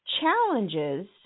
challenges